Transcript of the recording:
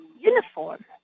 uniform